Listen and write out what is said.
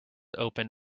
open